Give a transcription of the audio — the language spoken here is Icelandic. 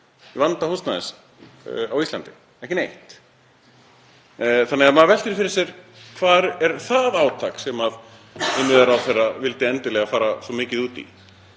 húsnæðisvandann á Íslandi, ekki neitt. Þannig að maður veltir fyrir sér: Hvar er það átak sem innviðaráðherra vildi endilega fara svo mikið út í?